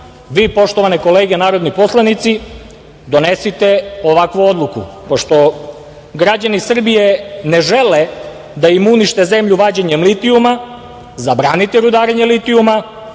vi, poštovane kolege narodni poslanici, donesite ovakvu odluku. Pošto građani Srbije ne žele da im unište zemlju vađenjem litijuma, zabranite rudarenje litijuma,